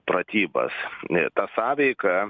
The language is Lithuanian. pratybas na ta sąveika